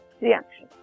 reaction